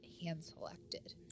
Hand-selected